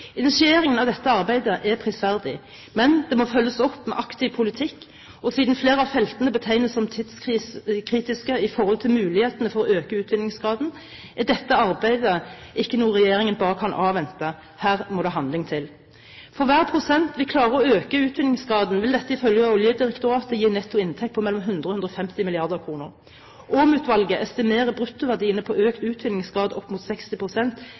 Initieringen av dette arbeidet er prisverdig, men det må følges opp med aktiv politikk, og siden flere av feltene betegnes som tidskritiske med tanke på mulighetene for å øke utvinningsgraden, er dette arbeidet ikke noe regjeringen bare kan avvente – her må det handling til. For hver prosent vi klarer å øke utvinningsgraden, vil dette ifølge Oljedirektoratet gi en netto inntekt på mellom 100 og 150 mrd. kr. Åm-utvalget estimerer bruttoverdiene på økt utvinningsgrad opp mot